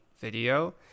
video